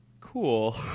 Cool